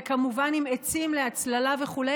וכמובן עם עצים להצללה וכו'.